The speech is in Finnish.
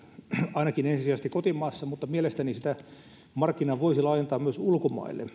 ainakin ja ensisijaisesti kotimaassa mutta mielestäni sitä markkinaa ja veikkauksen pelitarjontaa voisi laajentaa myös ulkomaille